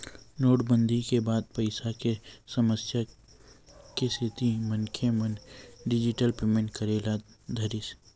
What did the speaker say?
नोटबंदी के बाद पइसा के समस्या के सेती मनखे मन डिजिटल पेमेंट करे ल धरिस